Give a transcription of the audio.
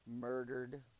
Murdered